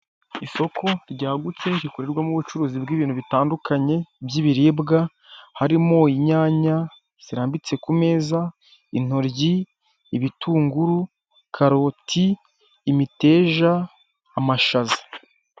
Isoko ryagutse rikorerwamo ubucuruzi bw'ibintu bitandukanye by'ibiribwa, harimo inyanya zirambitse ku meza, intoryi, ibitunguru, karoti, imiteja, amashaza.